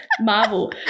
Marvel